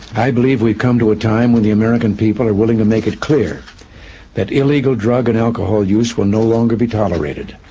i believe we have come to a time when the american people are willing to make it clear that illegal drug and alcohol use will no longer be tolerated,